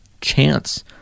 chance